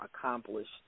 accomplished